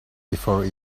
before